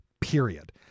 period